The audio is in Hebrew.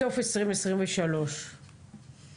היום המציאות היא אחרת והחלטה 1903 נתנה מענה מסיבי גם לפליליים.